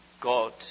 God